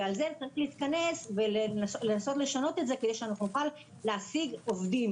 ועל זה צריך להתכנס ולנסות לשנות את זה כדי שנוכל להשיג עובדים.